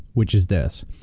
which is this,